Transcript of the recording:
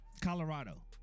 Colorado